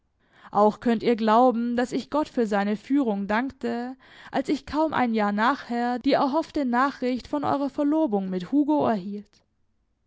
auch könnt ihr glauben daß ich gott für seine führung dankte als ich kaum ein jahr nachher die erhoffte nachricht von eurer verlobung mit hugo erhielt